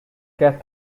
get